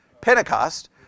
Pentecost